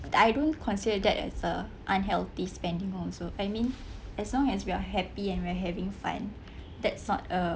I don't consider that as a unhealthy spending also I mean as long as we are happy and we are having fun that's not a